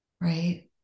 right